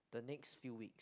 the next few weeks